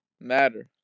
Matter